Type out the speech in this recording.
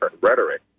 rhetoric